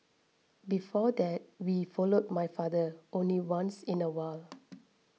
before that we followed my father only once in a while